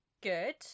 Good